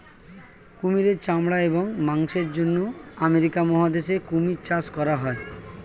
কুমিরের চামড়া এবং মাংসের জন্য আমেরিকা মহাদেশে কুমির চাষ করা হয়